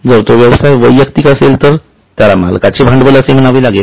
जर तो व्यवसाय वैयक्तिक असेल तर त्याला मालकाचे भांडवल असे म्हणावे लागेल